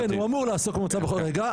כן, הוא אמור לעסוק במצב החוקתי.